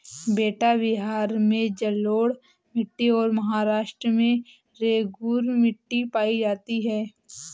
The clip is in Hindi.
बेटा बिहार में जलोढ़ मिट्टी और महाराष्ट्र में रेगूर मिट्टी पाई जाती है